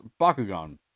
Bakugan